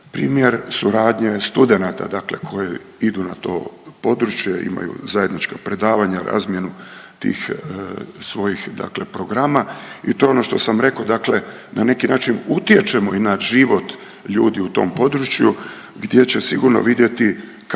primjer suradnje studenata koji idu na to područje, imaju zajednička predavanja, razmjenu tih svojih programa i to je ono što sam reko dakle na neki način utječemo i na život ljudi u tom području gdje će sigurno vidjeti kako